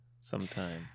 sometime